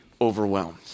overwhelmed